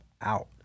out